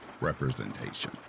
representation